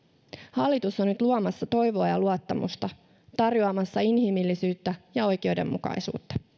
hallitus on nyt luomassa toivoa ja luottamusta tarjoamassa inhimillisyyttä ja oikeudenmukaisuutta